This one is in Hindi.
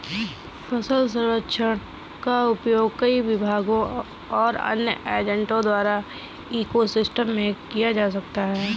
फसल सर्वेक्षण का उपयोग कई विभागों और अन्य एजेंटों द्वारा इको सिस्टम में किया जा सकता है